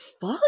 fuck